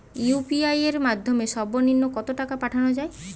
UPI এর মাধ্যমে সর্ব নিম্ন কত টাকা পাঠানো য়ায়?